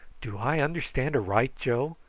do i understand aright, joe,